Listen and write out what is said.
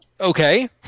Okay